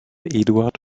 eduard